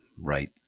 right